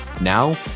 Now